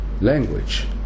language